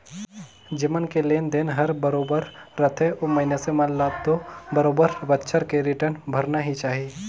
जेमन के लोन देन हर बरोबर रथे ओ मइनसे मन ल तो बरोबर बच्छर में के रिटर्न भरना ही चाही